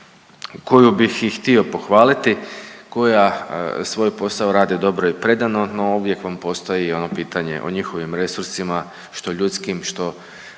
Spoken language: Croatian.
koju bih i htio pohvaliti koja svoj posao radi dobro i predano, no uvijek vam postoji ono pitanje o njihovim resursima što ljudskim, što